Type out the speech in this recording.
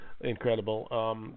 Incredible